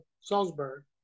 Salzburg